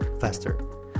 faster